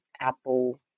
Apple